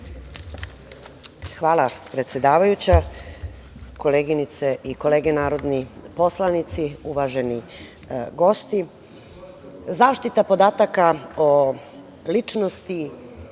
Hvala, predsedavajuća. Koleginice i kolege narodni poslanici, uvaženi gosti, zaštita podataka o ličnosti